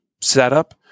setup